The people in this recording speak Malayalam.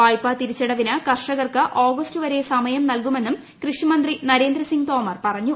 വായ്പാ തിരിച്ചടവിന് കർഷകർക്ക് ് ആഗസ്റ്റ് വരെ സമയം നൽകുമെന്നും കൃഷി മന്ത്രി നരേന്ദ്ര സിംഗ് തോമർ പറഞ്ഞു